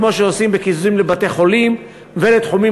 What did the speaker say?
כמו שעושים בקיזוזים לבתי-חולים ולתחומים